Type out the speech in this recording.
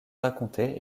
raconter